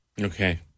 Okay